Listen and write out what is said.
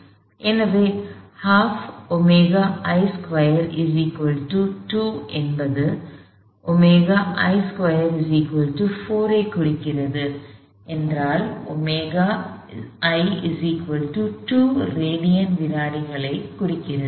எனவே என்பது ωi2 4 ஐ குறிக்கிறது என்றால் ωi 2 ரேடியன்வினாடிகளைக் குறிக்கிறது